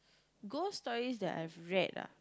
ghost stories that I've read ah